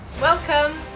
Welcome